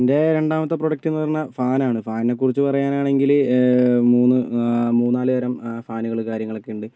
എൻ്റെ രണ്ടാമത്തെ പ്രൊഡക്ട് എന്ന് പറഞ്ഞാൽ ഫാൻ ആണ് ഫാനിനെ കുറിച്ച് പറയാനാണെങ്കിൽ മൂന്ന് മൂന്നാല് തരം ഫാനുകൾ കാര്യങ്ങൾ ഒക്കെ ഉണ്ട്